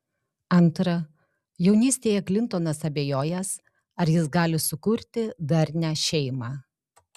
antra jaunystėje klintonas abejojęs ar jis gali sukurti darnią šeimą